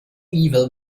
evil